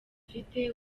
ufite